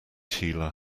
healer